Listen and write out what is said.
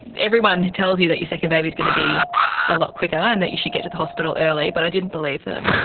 everyone tells you that your second baby is going to be a lot quicker and that you should get to the hospital early, but i didn't believe them,